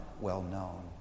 well-known